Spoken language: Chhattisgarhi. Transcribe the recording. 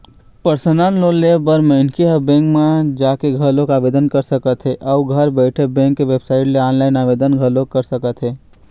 परसनल लोन ले बर मनखे ह बेंक म जाके घलोक आवेदन कर सकत हे अउ घर बइठे बेंक के बेबसाइट ले ऑनलाईन आवेदन घलोक कर सकत हे